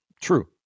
True